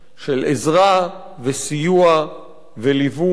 של עזרה וסיוע וליווי.